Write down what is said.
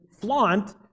flaunt